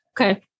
okay